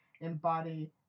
embody